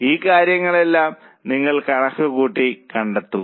ഈ കാര്യങ്ങളെല്ലാം നിങ്ങൾ കണക്കുകൂട്ടി കണ്ടെത്തുക